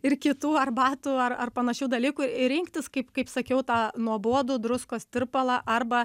ir kitų arbatų ar ar panašių dalykų ir rinktis kaip kaip sakiau tą nuobodų druskos tirpalą arba